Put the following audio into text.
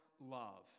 love